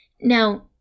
Now